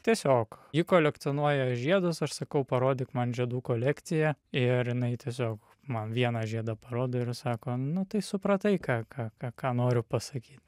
tiesiog ji kolekcionuoja žiedus aš sakau parodyk man žiedų kolekciją ir jinai tiesiog man vieną žiedą parodo ir sako nu tai supratai ką ką ką ką noriu pasakyt